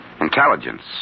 Intelligence